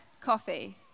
coffee